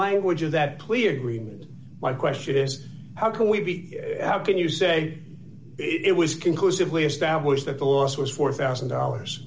language of that cleargreen and my question is how can we be can you say it was conclusively established that the loss was four thousand dollars